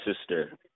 sister